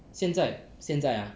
现在现在 ah